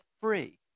free